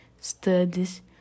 studies